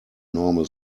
normal